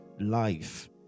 life